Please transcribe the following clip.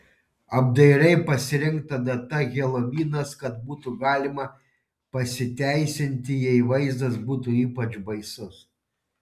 apdairiai pasirinkta data helovinas kad būtų galima pasiteisinti jei vaizdas būtų ypač baisus